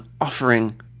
offering